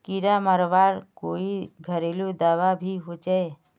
कीड़ा मरवार कोई घरेलू दाबा भी होचए?